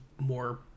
more